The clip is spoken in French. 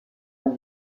dans